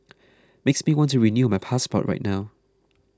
makes me want to renew my passport right now